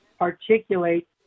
articulate